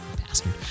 bastard